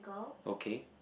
okay